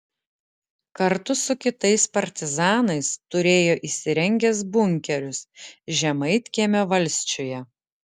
kartu su kitais partizanais turėjo įsirengęs bunkerius žemaitkiemio valsčiuje